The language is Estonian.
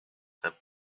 peab